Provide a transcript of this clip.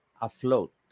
afloat